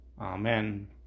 Amen